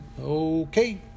okay